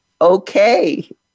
okay